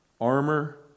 Armor